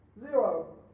Zero